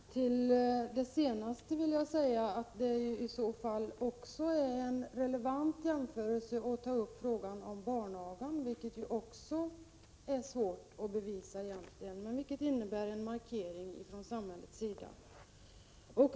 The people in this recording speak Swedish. Herr talman! Med anledning av det senast anförda vill jag säga att det i så fall också vore relevant att som en jämförelse ta upp frågan om barnagan, där det också finns svårigheter med bevisningen, men förbudet mot aga innebär ju en markering från samhällets sida.